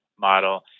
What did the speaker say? model